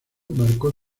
marcó